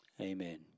Amen